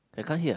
I can't hear